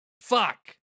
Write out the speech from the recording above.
Fuck